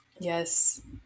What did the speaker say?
Yes